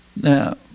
Now